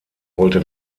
wollte